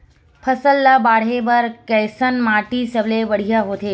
फसल ला बाढ़े बर कैसन माटी सबले बढ़िया होथे?